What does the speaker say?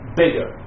bigger